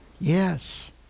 yes